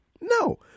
No